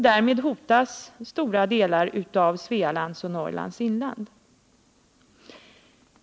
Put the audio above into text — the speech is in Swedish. Därmed hotas stora områden av Svealands och Norrlands inland.